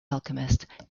alchemist